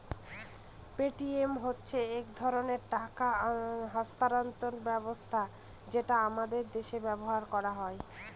Paytm হচ্ছে এক ধরনের টাকা স্থানান্তর ব্যবস্থা যেটা আমাদের দেশে ব্যবহার করা হয়